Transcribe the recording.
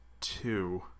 two